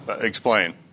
Explain